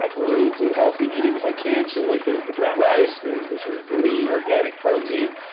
i'm really into healthy eating if i can, so like there's the brown rice, there's the sort of lean organic protein,